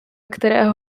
kterého